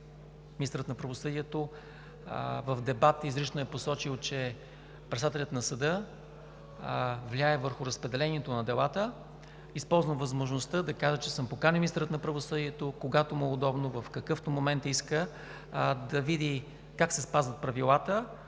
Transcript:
министърът на правосъдието в дебат изрично е посочил, че председателят на съда влияе върху разпределението на делата. Използвам възможността да кажа, че съм поканил министъра на правосъдието, когато му е удобно, в какъвто момент иска, да види как се спазват правилата.